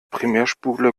primärspule